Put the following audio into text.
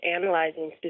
analyzing